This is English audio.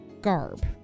garb